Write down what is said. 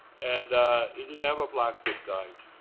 and he didn't have a blackfoot guide.